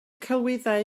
celwyddau